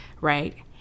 Right